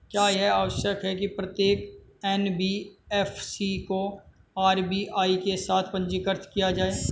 क्या यह आवश्यक है कि प्रत्येक एन.बी.एफ.सी को आर.बी.आई के साथ पंजीकृत किया जाए?